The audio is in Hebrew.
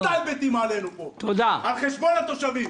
סתם מסתלבטים עלינו פה, על חשבון התושבים.